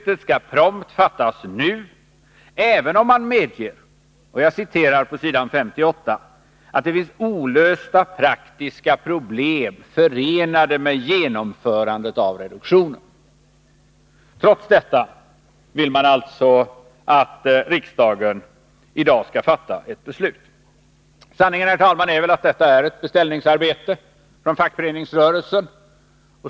Beslut skall prompt fattas nu, även om man medger, som det står på s. 58 i betänkandet, att det finns olösta ”praktiska problem som är förenade med genomförandet av reduktionen”. Trots detta vill man dock att riksdagen i dag skall fatta ett beslut. Sanningen, herr talman, är väl att detta är ett beställningsarbete från fackföreningsrörelsen.